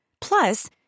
plus